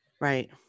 Right